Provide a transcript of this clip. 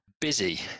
Busy